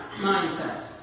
mindset